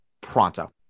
pronto